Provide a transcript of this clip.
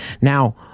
Now